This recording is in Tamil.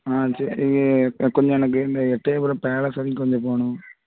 ஆ சரி இப்போ கொஞ்சம் எனக்கு இந்த எட்டயபுரம் பேலஸ் வரைக்கும் கொஞ்சம் போகணும்